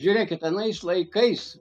žiūrėkit anais laikais